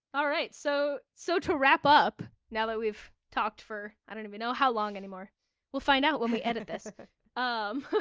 alright. so, so to wrap up now that we've talked for, i don't even know how long anymore we'll find out when we edit this um,